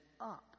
up